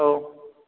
औ